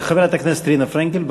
חברת הכנסת רינה פרנקל.